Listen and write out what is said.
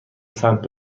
سنت